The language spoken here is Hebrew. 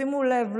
שימו לב,